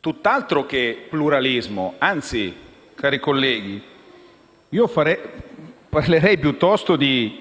tutt'altro che pluralismo; anzi, cari colleghi, parlerei piuttosto di